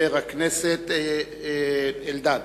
חבר הכנסת אלדד.